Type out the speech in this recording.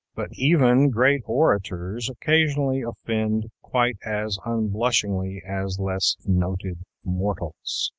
but even great orators occasionally offend quite as unblushingly as less noted mortals.